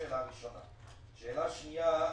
שאלה שנייה,